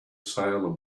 salem